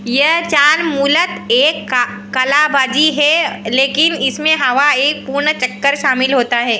यह चाल मूलत एक कलाबाज़ी है लेकिन इसमें हवा में एक पूर्ण चक्कर शामिल होता है